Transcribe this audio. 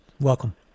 welcome